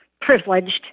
privileged